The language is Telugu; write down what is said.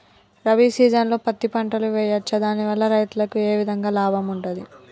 రబీ సీజన్లో పత్తి పంటలు వేయచ్చా దాని వల్ల రైతులకు ఏ విధంగా లాభం ఉంటది?